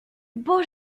beau